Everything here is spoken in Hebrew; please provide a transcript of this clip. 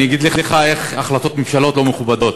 אני אגיד לך איך החלטות ממשלה לא מכובדות: